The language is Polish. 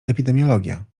epidemiologia